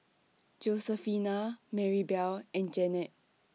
Josefina Maribel and Jeannette